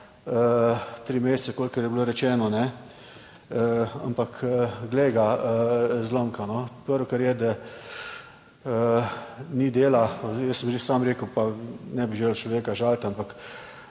mesece, kolikor je bilo rečeno, ampak glej ga zlomka, prvo, kar je, da ni dela. Jaz sem že sam rekel, pa ne bi želel človeka žaliti, ampak